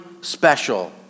special